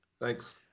thanks